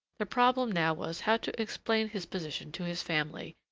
the problem now was how to explain his position to his family,